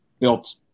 built